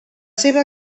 seva